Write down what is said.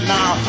Now